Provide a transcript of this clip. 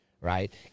right